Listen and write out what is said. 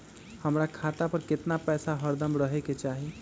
हमरा खाता पर केतना पैसा हरदम रहे के चाहि?